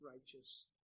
righteous